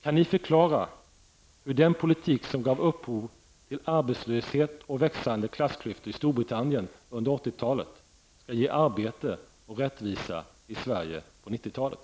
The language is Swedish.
Kan ni förklara hur den politik som gav upphov till arbetslöshet och växande klassklyftor i Storbritannien under 80-talet skall ge arbete och rättvisa i Sverige på 90-talet?